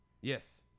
yes